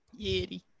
Yeti